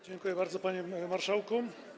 Dziękuję bardzo, panie marszałku.